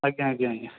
ଆଜ୍ଞା ଆଜ୍ଞା ଆଜ୍ଞା